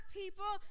people